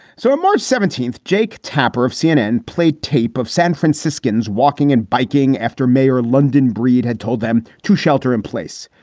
so on march seventeenth, jake tapper of cnn played tape of san franciscans walking and biking after mayor london. brede had told them to shelter in place,